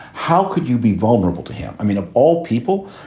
how could you be vulnerable to him? i mean, of all people,